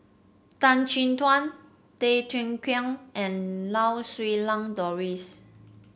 Tan Chin Tuan Tay Teow Kiat and Lau Siew Lang Doris